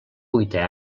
vuitè